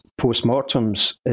postmortems